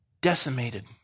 Decimated